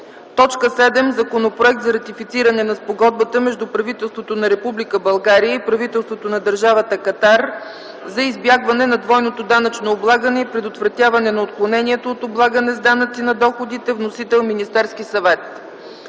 г. 7. Законопроект за ратифициране на Спогодбата между правителството на Република България и правителството на Държавата Катар за избягване на двойното данъчно облагане и предотвратяване на отклонението от облагане с данъци на доходите. Вносител – Министерският съвет.